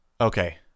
Okay